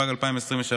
התשפ"ג 2023,